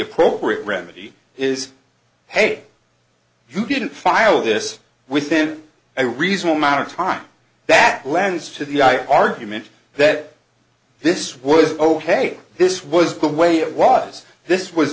appropriate remedy is hey you didn't file this within a reasonable amount of time that lends to the eye argument that this was ok this was the way it was this was